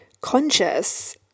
conscious